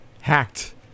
hacked